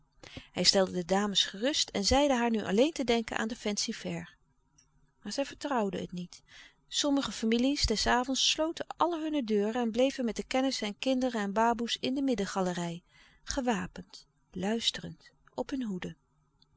hij stelde de dames gerust en zeide haar nu alleen te denken aan den fancy-fair maar zij vertrouwden het niet sommige families des avonds sloten alle hunne deuren en bleven met de kennissen en kinderen en baboe's in de middengalerij gewapend luisterend op hun hoede